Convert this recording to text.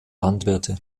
landwirte